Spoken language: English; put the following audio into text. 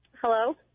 Hello